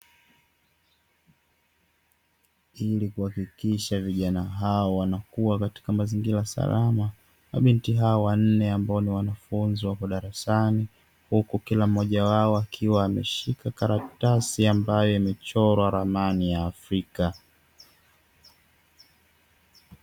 Ili kuhakikisha vijana hawa wanakuwa katika mazingira salama. Mabinti hawa wanne ambao ni wanafunzi wako darasani, huku kila mmoja wao ameshika karatasi ambayo imechorwa ramani ya afrika.